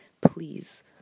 please